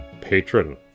patron